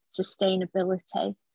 sustainability